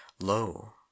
lo